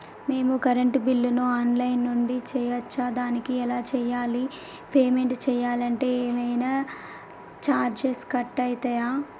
మేము కరెంటు బిల్లును online నుంచి చేయచ్చా? దానికి ఎలా చేయాలి? పేమెంట్ చేయాలంటే ఏమైనా చార్జెస్ కట్ అయితయా?